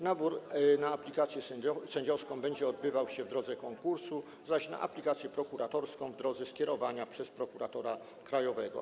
Nabór na aplikację sędziowską będzie odbywał się w drodze konkursu, zaś na aplikację prokuratorską - w drodze skierowania przez prokuratora krajowego.